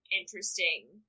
interesting